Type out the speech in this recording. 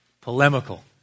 polemical